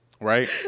right